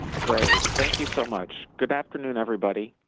great, thank you so much. good afternoon, everybody.